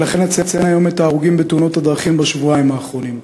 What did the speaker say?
ולכן אציין היום את ההרוגים בתאונות הדרכים בשבועיים האחרונים: